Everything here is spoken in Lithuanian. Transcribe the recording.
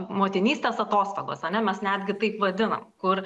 motinystės atostogos ane mes netgi taip vadinam kur